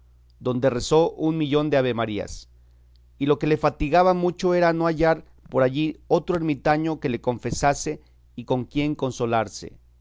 donde rezó un millón de avemarías y lo que le fatigaba mucho era no hallar por allí otro ermitaño que le confesase y con quien consolarse